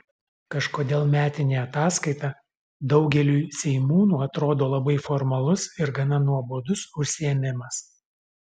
kažkodėl metinė ataskaita daugeliui seimūnų atrodo labai formalus ir gana nuobodus užsiėmimas